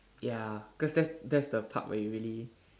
ya cause that's that's the part where you really